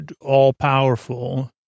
all-powerful